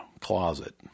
closet